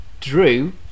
drew